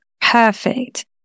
perfect